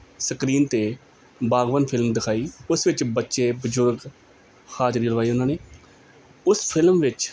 screen ਤੇ Baghban film ਦਿਖਾਈ ਉਸ ਵਿੱਚ ਬੱਚੇ ਬਜ਼ੁਰਗ ਹਾਜਰੀ ਲਵਾਈ ਉਹਨਾਂ ਨੇ ਉਸ ਫਿਲਮ ਵਿੱਚ